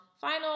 Final